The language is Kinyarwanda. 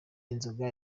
inzoga